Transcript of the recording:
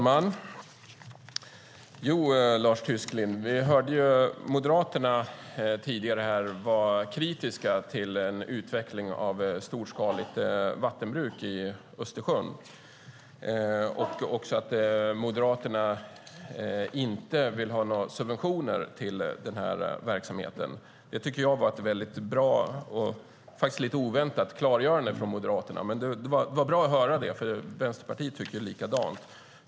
Herr talman! Vi hörde här tidigare att Moderaterna var kritiska till en utveckling av storskaligt vattenbruk i Östersjön och att man inte vill ha några subventioner till denna verksamhet. Det tycker jag var ett bra och faktiskt lite oväntat klargörande från Moderaterna, men det var bra att få höra det, för Vänsterpartiet tycker ju likadant.